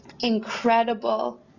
Incredible